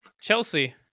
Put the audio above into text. Chelsea